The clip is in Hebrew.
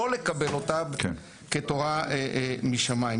לא לקבל אותם כתורה משמיים.